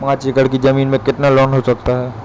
पाँच एकड़ की ज़मीन में कितना लोन हो सकता है?